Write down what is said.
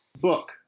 Book